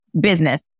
business